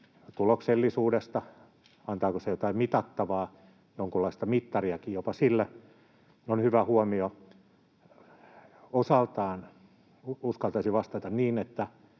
tuloksellisuudesta ja antaako se jotain mitattavaa, jopa jonkunlaista mittariakin sille, on hyvä huomio. Osaltaan uskaltaisin vastata niin, että